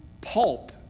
pulp